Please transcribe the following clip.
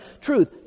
truth